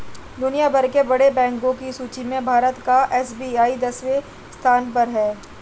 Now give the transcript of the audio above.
दुनिया भर के बड़े बैंको की सूची में भारत का एस.बी.आई दसवें स्थान पर है